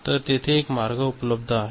तर तेथे एक मार्ग उपलब्ध आहे